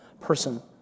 person